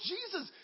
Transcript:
Jesus